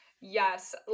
Yes